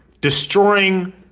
destroying